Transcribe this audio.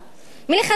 מלכתחילה